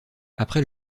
après